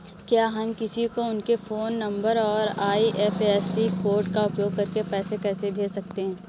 क्या हम किसी को उनके फोन नंबर और आई.एफ.एस.सी कोड का उपयोग करके पैसे कैसे भेज सकते हैं?